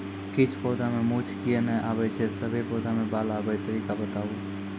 किछ पौधा मे मूँछ किये नै आबै छै, सभे पौधा मे बाल आबे तरीका बताऊ?